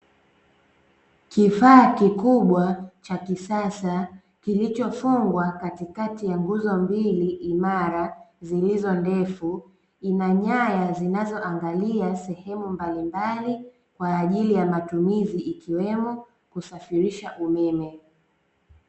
Kifaa kikubwa cha kisasa kilichofungwa katikati ya nguzo mbili imara zilizo ndefu, ina nyaya zinazo angalia sehemu mbalimbali kwa ajili ya matumizi ikiwemo kusafirisha umeme.